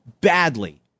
badly